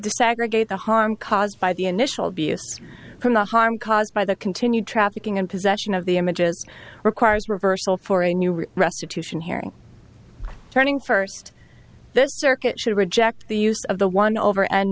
desegregate the harm caused by the initial abuse from the harm caused by the continued trafficking and possession of the images requires reversal for a new restitution hearing turning first this circuit should reject the use of the one over and